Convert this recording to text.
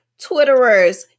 Twitterers